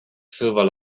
silver